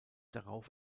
darauf